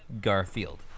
Garfield